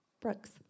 Brooks